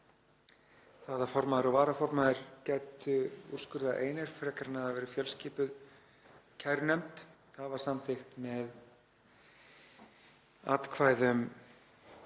það að formaður og varaformaður gætu úrskurðað einir frekar en að það væri fjölskipuð kærunefnd var samþykkt með atkvæðum